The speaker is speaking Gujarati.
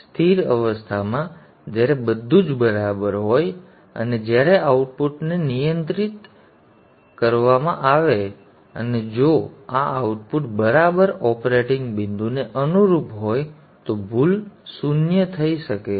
અને સ્થિર અવસ્થામાં જ્યારે બધું જ બરાબર હોય અને જ્યારે આઉટપુટને નિયંત્રિત અને નિયંત્રિત કરવામાં આવે અને જો આ આઉટપુટ બરાબર ઓપરેટિંગ બિંદુને અનુરૂપ હોય તો ભૂલ શૂન્ય થઈ શકે છે